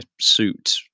suit